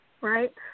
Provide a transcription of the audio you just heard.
right